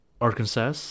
Arkansas